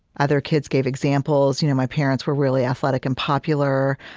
other kids gave examples you know my parents were really athletic and popular.